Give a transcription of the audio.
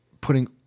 putting